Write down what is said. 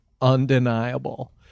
undeniable